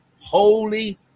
Holy